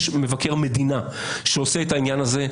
יש מבקר מדינה שעושה את העניין הזה.